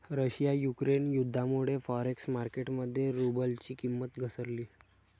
Russia Ukraine युद्धामुळे forex market मध्ये रुबलची किंमत घसरली